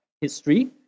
history